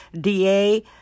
DA